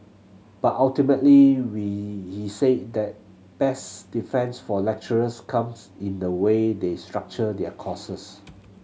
but ultimately we he said that best defence for lecturers comes in the way they structure their courses